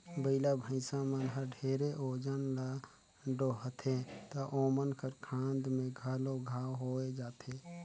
बइला, भइसा मन हर ढेरे ओजन ल डोहथें त ओमन कर खांध में घलो घांव होये जाथे